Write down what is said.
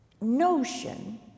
notion